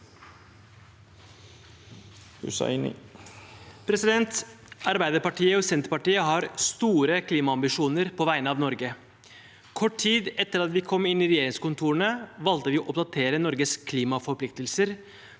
Arbeiderpartiet og Senterpartiet har store klimaambisjoner på vegne av Norge. Kort tid etter at vi kom inn i regjeringskontorene, valgte vi å oppdatere Norges klimaforpliktelser